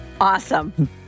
Awesome